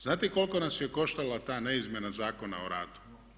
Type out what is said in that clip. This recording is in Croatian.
Znate koliko nas je koštala ta ne izmjena Zakona o radu?